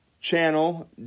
channel